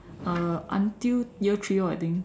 uh until year three orh I think